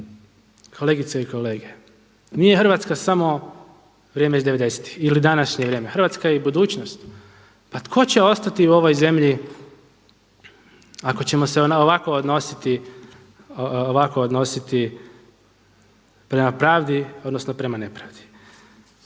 Kolegice i kolege, nije Hrvatska samo vrijeme iz devedesetih ili današnje vrijeme, Hrvatska je i budućnost. Pa tko će ostati u ovoj zemlji ako ćemo se ovako odnositi prema pravdi odnosno prema nepravdi.